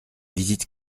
visites